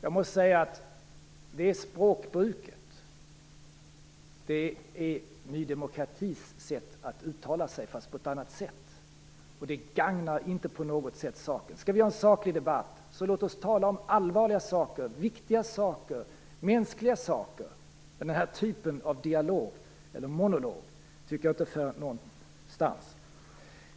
Jag måste säga att det språkbruket liknar Ny demokratis sätt att uttrycka sig, fast på ett annat vis. Det gagnar inte på något sätt saken. Om vi skall ha en saklig debatt så låt oss tala om allvarliga, viktiga och mänskliga saker! Den här typen av dialog - eller monolog - för ingenstans.